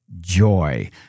joy